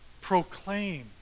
proclaim